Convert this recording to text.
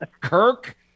Kirk